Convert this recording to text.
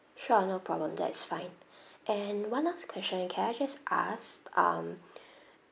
sure no problem that is fine and one last question can I just ask um